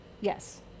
yes